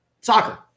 soccer